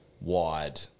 Wide